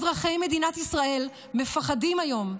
אזרחי מדינת ישראל מפחדים היום,